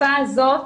בתקופה הזאת